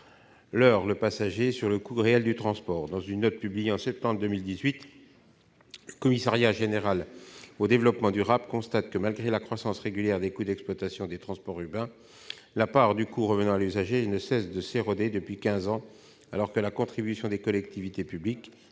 leurre le passager sur le coût réel du transport. Dans une note publiée en septembre 2018, le Commissariat général au développement durable constate que, malgré la croissance régulière des coûts d'exploitation des transports urbains, la part du coût supportée par l'usager ne cesse de s'éroder depuis quinze ans, alors que la contribution des collectivités publiques